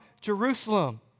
Jerusalem